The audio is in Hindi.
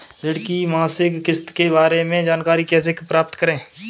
ऋण की मासिक किस्त के बारे में जानकारी कैसे प्राप्त करें?